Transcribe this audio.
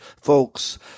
folks